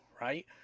right